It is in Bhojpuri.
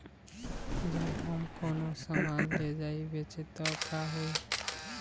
जब हम कौनो सामान ले जाई बेचे त का होही?